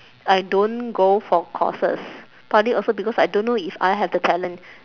I don't go for courses partly also because I don't know if I have the talent